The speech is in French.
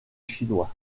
chinois